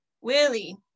Willie